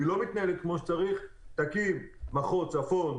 אם היא לא מתנהלת כמו שצריך תקים מחוז צפון,